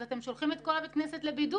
אתם שולחים את כל בית הכנסת לבידוד,